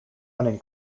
running